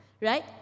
right